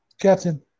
Captain